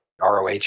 ROH